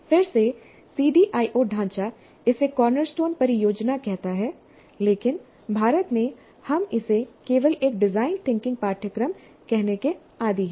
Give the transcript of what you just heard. फिर से सीडीआईओ ढांचा इसे कॉर्नरस्टोन परियोजना कहता है लेकिन भारत में हम इसे केवल एक डिजाइन थिंकिंग पाठ्यक्रम कहने के आदी हैं